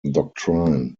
doctrine